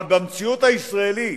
אבל במציאות הישראלית,